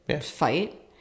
fight